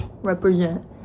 represent